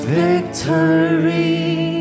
victory